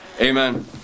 Amen